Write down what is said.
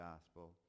gospel